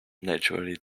naturally